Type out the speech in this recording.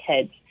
kids